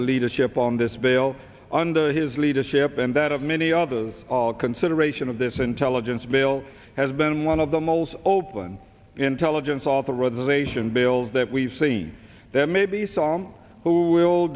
the leadership on this bill under his leadership and that of many others our consideration of this intelligence bill has been one of the most open intelligence authorization bills that we've seen that maybe some who will